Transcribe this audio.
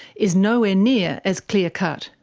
is nowhere near as clear-cut.